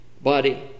body